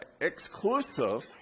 exclusive